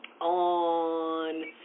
on